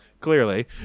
clearly